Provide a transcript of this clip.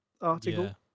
article